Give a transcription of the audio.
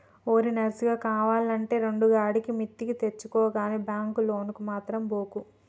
ఓరి నర్సిగా, కావాల్నంటే రెండుకాడికి మిత్తికి తెచ్చుకో గని బాంకు లోనుకు మాత్రం బోకు